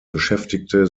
beschäftigte